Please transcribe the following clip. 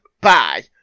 bye